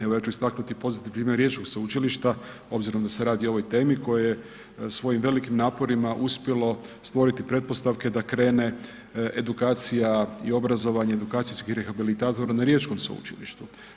Evo ja ću istaknuti pozitiv jednog riječkog sveučilišta obzirom da se radi o ovoj temi, koje je svojim velikim naporima uspjelo stvoriti pretpostavke da krene i obrazovanje edukacijskih rehabilitatora na riječkom sveučilištu.